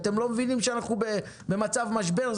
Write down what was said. אתם לא מבינים שאנחנו במצב משבר?